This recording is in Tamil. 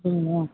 வேணுமா